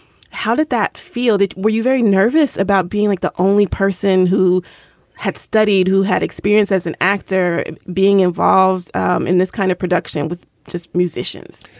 how did that feel that. were you very nervous about being like the only person who had studied, who had experience as an actor being involved um in this kind of production with just musicians?